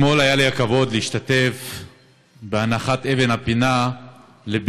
אתמול היה לי הכבוד להשתתף בהנחת אבן הפינה לבית